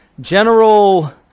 General